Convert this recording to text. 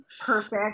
perfect